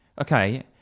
okay